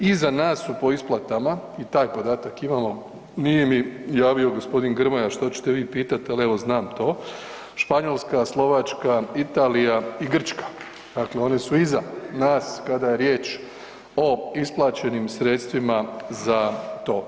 Iza nas su po isplatama i taj podatak imamo, nije mi javio g. Grmoja što ćete vi pitat, ali evo znam to, Španjolska, Slovačka, Italija i Grčka, dakle one su iza nas kada je riječ o isplaćenim sredstvima za to.